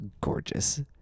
gorgeous